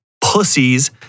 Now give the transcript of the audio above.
pussies